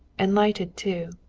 and lighted too.